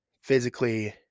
physically